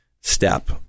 step